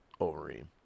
Overeem